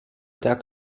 teko